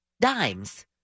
dimes